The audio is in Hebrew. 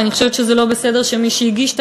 אבל אני חושבת שזה לא בסדר שמי שהגיש את